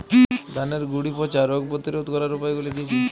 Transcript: ধানের গুড়ি পচা রোগ প্রতিরোধ করার উপায়গুলি কি কি?